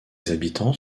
habitants